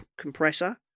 Compressor